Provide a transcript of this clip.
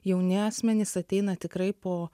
jauni asmenys ateina tikrai po